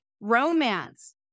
romance